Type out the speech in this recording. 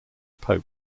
pope